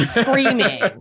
Screaming